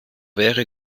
wäre